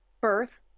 birth